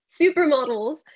supermodels